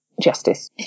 justice